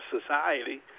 society